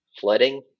flooding